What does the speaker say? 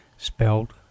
Spelled